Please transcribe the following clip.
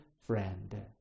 friend